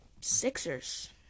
Sixers